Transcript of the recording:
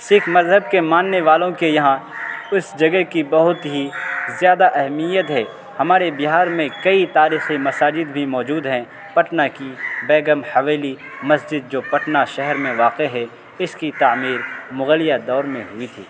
سکھ مذہب کے ماننے والوں کے یہاں اس جگہ کی بہت ہی زیادہ اہمیت ہے ہمارے بہار میں کئی تاریخی مساجد بھی موجود ہیں پٹنہ کی بیگم حویلی مسجد جو پٹنہ شہر میں واقع ہے اس کی تعمیر مغلیہ دور میں ہوئی تھی